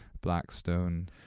Blackstone